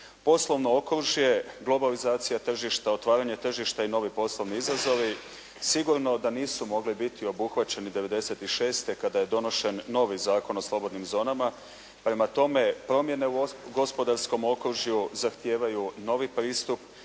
Poslovno okružje, globalizacija tržišta, otvaranje tržišta i novi poslovni izazovi sigurno da nisu mogli biti obuhvaćeni 1996. kada je donošen novi Zakon o slobodnim zonama. Prema tome promjene u gospodarskom okružju zahtijevaju novi pristup